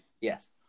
Yes